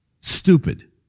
Stupid